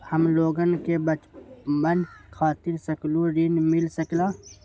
हमलोगन के बचवन खातीर सकलू ऋण मिल सकेला?